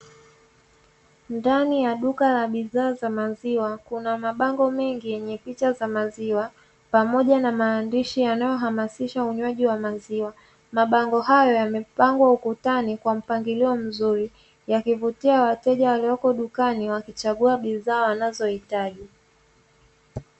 Ndani ya duka la bidhaa za maziwa kuna mabango mengi yenye picha za maziwa pamoja na maandishi yanayo hamasisha unywaji wa maziwa ,mabango hayo yamepangwa ukutani kwa mpangilio mzuri yakivutia wateja walioko dukani wakichagua bidhaa wanazohitaji.